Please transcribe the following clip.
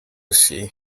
sea